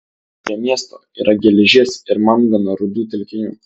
prie miesto yra geležies ir mangano rūdų telkinių